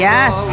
Yes